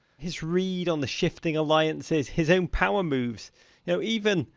his read on the shifting alliances, his own power moves. you know, even,